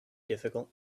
difficult